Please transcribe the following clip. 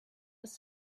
was